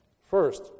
First